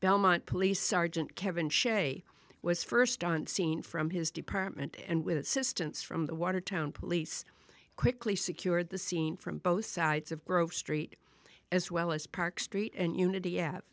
belmont police sergeant kevin shea was first on scene from his department and with assistance from the watertown police quickly secured the scene from both sides of grove street as well as park street and unity